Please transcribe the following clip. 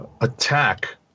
attack